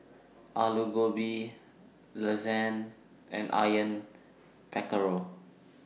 Alu Gobi Lasagne and Onion Pakora